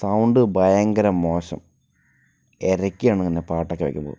sound ഭയങ്കര മോശം എരയ്ക്കണ് ഇങ്ങനെ പാട്ടക്കെ കേൾക്കുമ്പോൾ